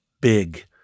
BIG